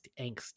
angst